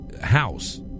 house